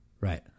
Right